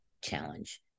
challenge